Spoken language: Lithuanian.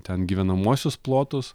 ten gyvenamuosius plotus